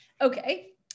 Okay